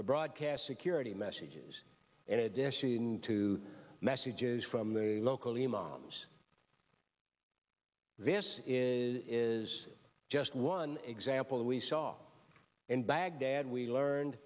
to broadcast security messages in addition to messages from locally mommas this is just one example that we saw in baghdad we learned